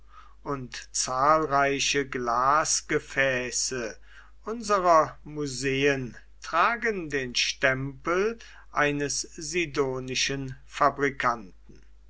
und zahlreiche glasgefäße unserer museen tragen den stempel eines sidonischen fabrikanten